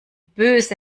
böse